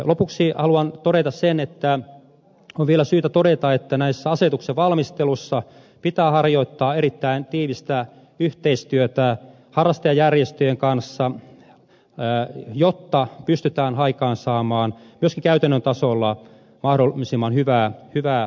lopuksi haluan todeta sen että on vielä syytä todeta että näissä asetuksen valmisteluissa pitää harjoittaa erittäin tiivistä yhteistyötä harrastajajärjestöjen kanssa jotta pystytään aikaansaamaan myöskin käytännön tasolla mahdollisimman hyvä lopputulos